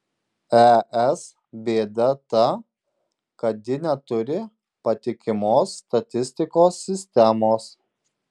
es bėda ta kad ji neturi patikimos statistikos sistemos